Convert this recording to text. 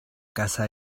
casa